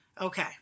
Okay